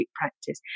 practice